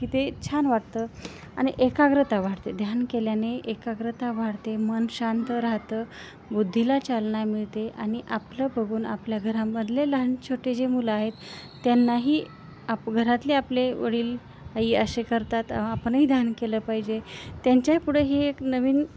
की ते छान वाटतं आणि एकाग्रता वाढते ध्यान केल्याने एकाग्रता वाढते मन शांत राहतं बुद्धीला चालना मिळते आणि आपलं बघून आपल्या घरामधले लहान छोटे जे मुलं आहेत त्यांनाही आप घरातले आपले वडील आई असे करतात आपणही ध्यान केलं पाहिजे त्यांच्या पुढं हे एक नवीन